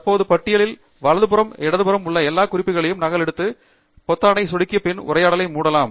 தற்போதைய பட்டியில் வலது புறம் இடதுபுறம் உள்ள எல்லா குறிப்புகளையும் நகலெடுத்து நகலெடுத்து பொத்தானை சொடுக்கி பின் உரையாடலை மூடலாம்